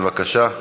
בבקשה.